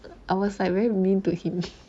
I was like very mean to him